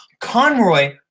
Conroy